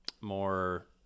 more